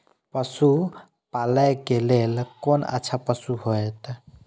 पशु पालै के लेल कोन अच्छा पशु होयत?